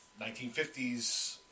1950s